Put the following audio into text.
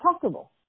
possible